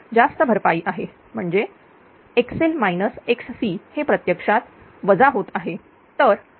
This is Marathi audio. हे जास्त भरपाई आहे म्हणजे हे प्रत्यक्षात वजा होत आहे